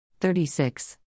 36